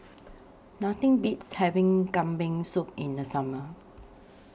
Nothing Beats having Kambing Soup in The Summer